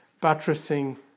buttressing